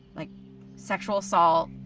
like sexual assault,